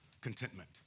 contentment